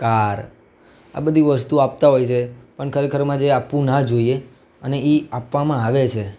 car આ બધી વસ્તુઓ આપતા હોય છે પણ ખરેખરમાં જે આપવું ના જોઈએ અને એ આપવામાં આવે છે